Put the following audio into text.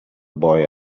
boy